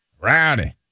Rowdy